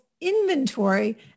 Inventory